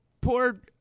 Poor